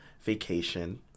vacation